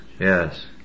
Yes